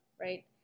right